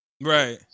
Right